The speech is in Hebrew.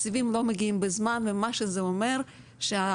התקציבים לא מגיעים בזמן ומה שזה אומר שהאנשים